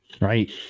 right